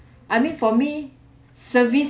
I mean for me service